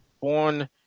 born